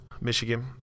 Michigan